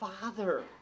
father